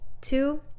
two